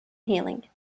healing